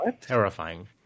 terrifying